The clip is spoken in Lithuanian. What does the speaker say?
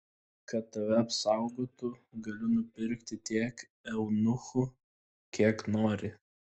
kad tave apsaugotų galiu nupirki tiek eunuchų kiek nori